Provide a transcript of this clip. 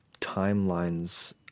timelines